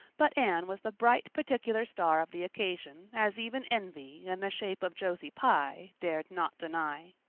but anne was the bright particular star of the occasion, as even envy, in the shape of josie pye, dared not deny.